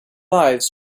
lives